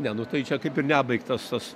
ne nu tai čia kaip ir nebaigtas tas